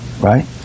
right